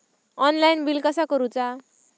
Online bill कसा करुचा?